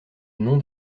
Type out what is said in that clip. nom